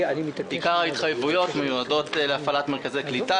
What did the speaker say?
עיקר ההתחייבויות מיועד להפעלת מרכזי קליטה